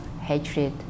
hatred